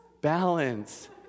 balance